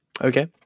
Okay